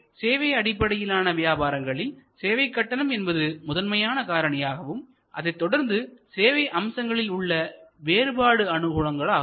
எனவே சேவை அடிப்படையிலான வியாபாரங்களில் சேவை கட்டணம் என்பது முதன்மையான காரணியாகவும் அதைத்தொடர்ந்து சேவை அம்சங்களில் உள்ள வேறுபாடு அனுகூலங்களாகும்